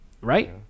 right